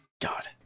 God